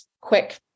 quick